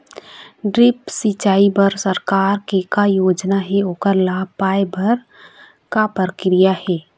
Drip सिचाई बर सरकार के का योजना हे ओकर लाभ पाय बर का प्रक्रिया हे?